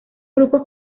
grupos